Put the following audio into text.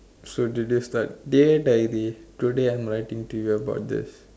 so did you start dear dairy today I'm writing to you about this